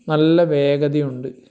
നല്ല വേഗതയുണ്ട്